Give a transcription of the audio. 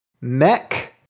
mech